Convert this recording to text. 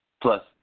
Plus